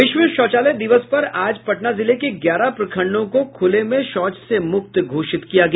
विश्व शौचालय दिवस पर आज पटना जिले के ग्यारह प्रखंडों को खुले में शौच से मुक्त घोषित किया गया